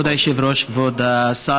אבל יש לו רשות, הוא יכול להתייחס.